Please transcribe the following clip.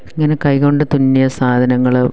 ഇങ്ങനെ കൈ കൊണ്ട് തുന്നിയ സാധനങ്ങൾ